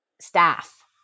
staff